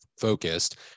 focused